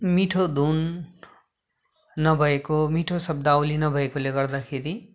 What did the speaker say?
मिठो धुन नभएको मिठो शब्दावली नभएकोले गर्दाखेरि